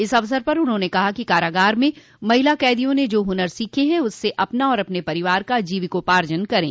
इस अवसर पर उन्होंने कहा कि कारागार में महिला कैदियों ने जो हुनर सीखें हैं उससे अपना और अपने परिवार का जीविकोपार्जन करें